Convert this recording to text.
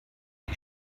die